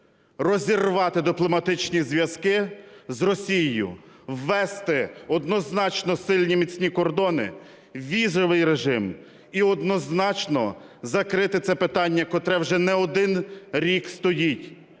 розірвати дипломатичні зв'язки з Росією, ввести однозначно сильні міцні кордони, візовий режим і однозначно закрити це питання, котре вже не один рік стоїть.